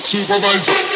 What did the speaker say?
Supervisor